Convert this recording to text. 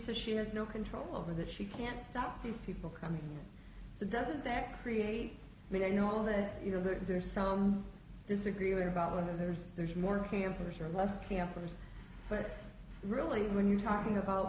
says she has no control over that she can't stop these people coming in so doesn't that create i mean i know all that you know there's some disagreement about whether there's there's more hampers or less campers but really when you're talking about